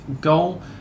goal